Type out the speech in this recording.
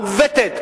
מעוותת,